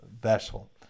vessel